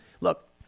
Look